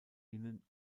innen